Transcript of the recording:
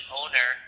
owner